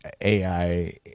AI